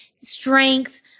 strength